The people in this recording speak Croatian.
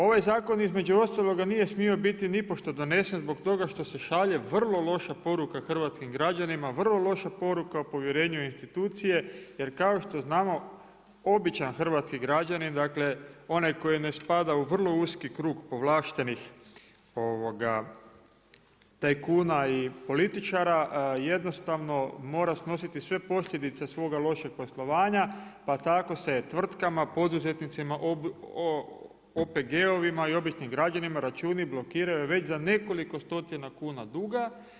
Ovaj zakon između ostaloga nije smio biti nipošto donesen zbog toga što se šalje vrlo loša poruka hrvatskim građanima, vrlo loša poruka o povjerenju institucije jer kao što znamo običan hrvatski građanin, dakle onaj koji ne spada u vrlo uski krug povlaštenih tajkuna i političara, jednostavno mora snositi sve posljedice svoga lošeg poslovanja pa tako se tvrtkama, poduzetnicima, OPG-ovima i običnim građanima, računi blokiraju već za nekoliko stotina kuna duga.